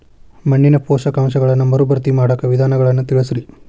ಮಣ್ಣಿನ ಪೋಷಕಾಂಶಗಳನ್ನ ಮರುಭರ್ತಿ ಮಾಡಾಕ ವಿಧಾನಗಳನ್ನ ತಿಳಸ್ರಿ